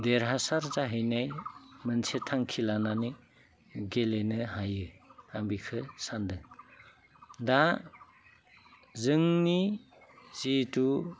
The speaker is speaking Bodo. देरहासार जाहैनाय मोनसे थांखि लानानै गेलेनो हायो आं बेखो सान्दों दा जोंनि जिथु